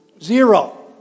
Zero